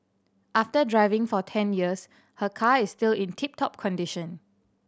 after driving for ten years her car is still in tip top condition